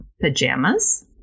pajamas